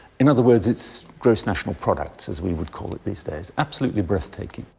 in other words, it's gross national product, as we would call it these days, absolutely breathtaking.